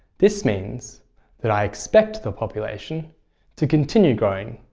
this means that i expect the population to continue growing,